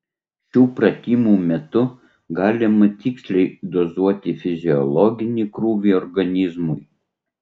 šių pratimų metu galima tiksliai dozuoti fiziologinį krūvį organizmui